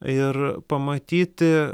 ir pamatyti